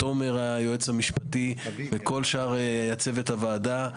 תומר היועץ המשפטי וכל שאר צוות הוועדה.